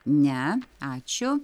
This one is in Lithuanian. ne ačiū